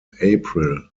april